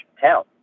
town